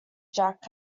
jack